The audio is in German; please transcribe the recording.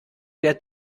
der